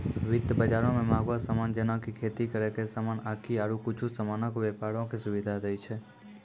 वित्त बजारो मे मंहगो समान जेना कि खेती करै के समान आकि आरु कुछु समानो के व्यपारो के सुविधा दै छै